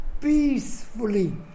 peacefully